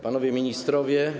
Panowie Ministrowie!